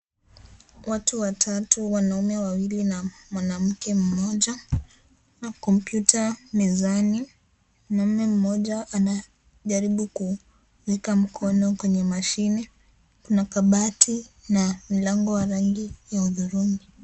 Watu watatu, wanaume wawili na mwanamke mmoja na computer mezani mwanaume mmoja anajaribu kuweka mkono kwenye mashine kuna kabati na mlango wa rangi ya hudhurungi.